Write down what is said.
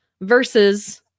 versus